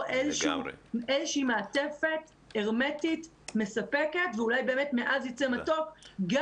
איזו מעטפת הרמטית מספקת ואולי באמת מעז ייצא מתוק.